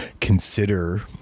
consider